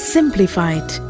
Simplified